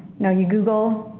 no. you google.